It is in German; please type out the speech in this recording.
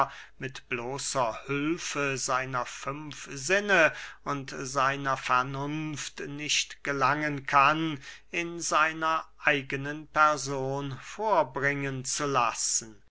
mit bloßer hülfe seiner fünf sinne und seiner vernunft nicht gelangen kann in seiner eigenen person vorbringen zu lassen